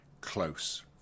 close